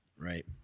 right